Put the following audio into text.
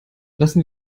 lassen